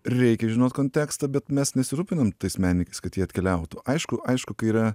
reikia žinot kontekstą bet mes nesirūpinam tais menininkais kad jie atkeliautų aišku aišku kai yra